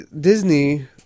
Disney